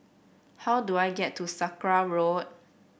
how do I get to Sakra Road